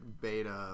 beta